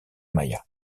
maya